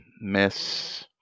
Miss